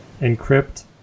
encrypt